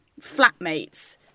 flatmates